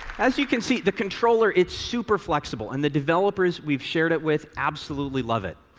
as you can see, the controller, it's super flexible, and the developers we've shared it with absolutely love it.